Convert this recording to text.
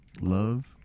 love